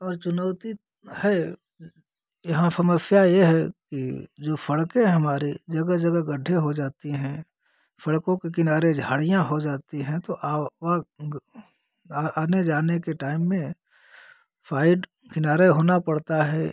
और चुनौती है यहाँ समस्या यह है कि जो सड़कें हैं हमारी जगह जगह गड्ढे हो जाते हैं सड़कों के किनारे झाड़ियाँ हो जाती हैं तो आवाग आने जाने के टाइम में साइड किनारे होना पड़ता है